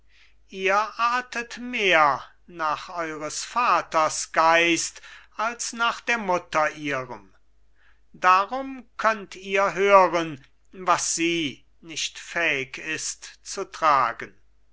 ihr artet mehr nach eures vaters geist als nach der mutter ihrem darum könnt ihr hören was sie nicht fähig ist zu tragen